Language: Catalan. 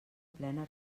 plena